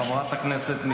חבר הכנסת אלעזר שטרן,